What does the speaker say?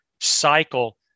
cycle